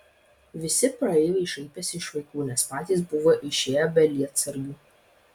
visi praeiviai šaipėsi iš vaikų nes patys buvo išėję be lietsargių